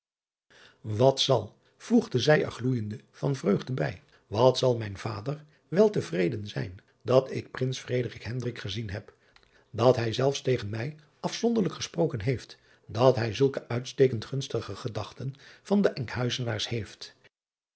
at zal voegde zij er gloeijende van vreugde bij wat zal mijn vader wel te vreden zijn dat ik rins gezien heb dat hij zelfs tegen mij afzonderlijk gesproken heeft dat hij zulke uitstekend gunstige gedachten van de nkhuizenaars heeft